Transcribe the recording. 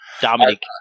Dominic